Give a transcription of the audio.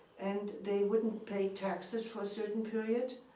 and they wouldn't pay taxes for a certain period.